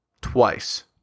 twice